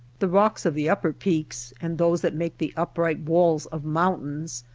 the rocks of the upper peaks and those that make the upright walls of mountains,